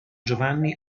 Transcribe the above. giovanni